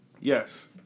Yes